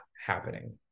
happening